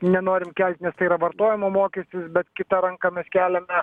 nenorim kelt nes tai yra vartojimo mokestis bet kita ranka mes keliame